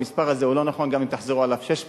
המספר הזה הוא לא נכון גם אם תחזרו עליו שש פעמים.